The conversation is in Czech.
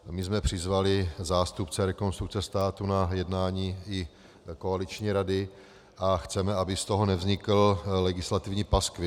My jsme přizvali zástupce Rekonstrukce státu na jednání i koaliční rady a chceme, aby z toho nevznikl legislativní paskvil.